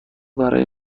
برای